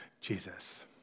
Jesus